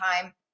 time